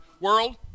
world